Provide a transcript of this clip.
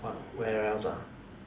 what where else ah